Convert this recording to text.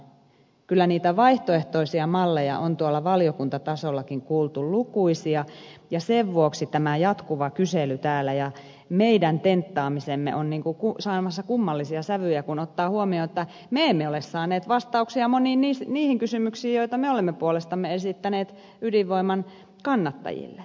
kyllä niitä vaihtoehtoisia malleja on tuolla valiokuntatasollakin kuultu lukuisia ja sen vuoksi tämä jatkuva kysely täällä ja meidän tenttaamisemme on niin kuin saamassa kummallisia sävyjä kun ottaa huomioon että me emme ole saaneet vastauksia moniin niihin kysymyksiin joita me olemme puolestamme esittäneet ydinvoiman kannattajille